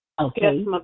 okay